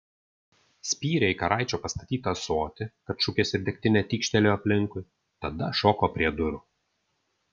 spyrė į karaičio pastatytą ąsotį kad šukės ir degtinė tykštelėjo aplinkui tada šoko prie durų